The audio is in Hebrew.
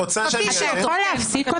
אתה יכול להפסיק אותה?